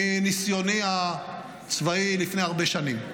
מניסיוני הצבאי לפני הרבה שנים: